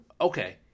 Okay